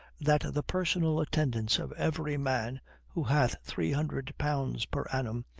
that the personal attendance of every man who hath three hundred pounds per annum,